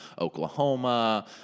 Oklahoma